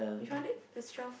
we found it that's twelve